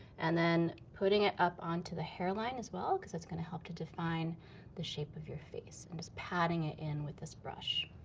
and then putting it up onto the hairline as well, because that's gonna help to define the shape of your face, and just patting it in with this brush.